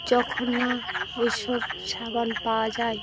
যখন না ওই সব সাবান পাওয়া যায়